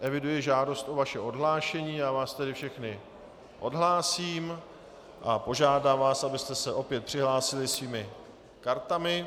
Eviduji žádost o vaše odhlášení, já vás tedy všechny odhlásím a požádám vás, abyste se opět přihlásili svými kartami.